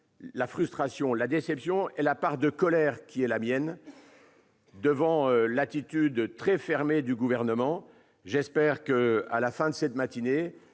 la frustration, la déception et la part de colère qui est la mienne devant l'attitude très fermée du Gouvernement. D'ici à la fin de cette matinée,